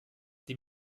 die